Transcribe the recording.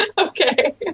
okay